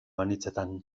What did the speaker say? anitzetan